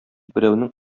берәүнең